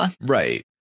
Right